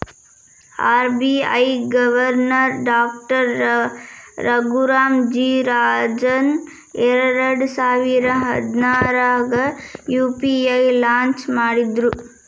RBI governor doctor Raghuram G Rajan ಎರಡಸಾವಿರ ಹದ್ನಾರಾಗ UPI launch ಮಾಡಿದ್ರು